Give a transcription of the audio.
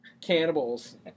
cannibals